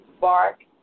bark